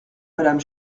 madame